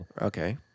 Okay